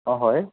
হয়